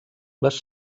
les